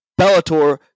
Bellator